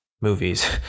movies